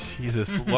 Jesus